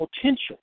potential